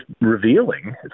revealing